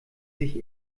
sich